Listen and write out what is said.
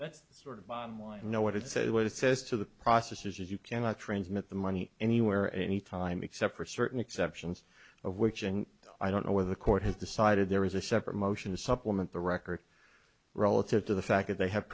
that's sort of bottom line you know what it says what it says to the processes you cannot transmit the money anywhere any time except for certain exceptions of which i don't know where the court has decided there is a separate motion to supplement the record relative to the fact that they have